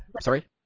sorry